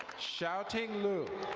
xao ting lu.